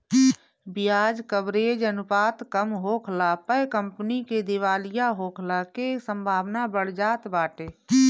बियाज कवरेज अनुपात कम होखला पअ कंपनी के दिवालिया होखला के संभावना बढ़ जात बाटे